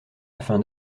afin